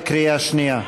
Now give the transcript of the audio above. בקריאה שנייה,